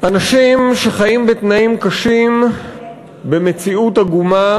אנשים שחיים בתנאים קשים במציאות עגומה